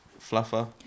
fluffer